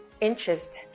interest